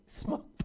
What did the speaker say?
smoke